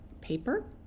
paper